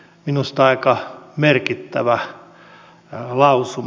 minusta aika merkittävä lausuma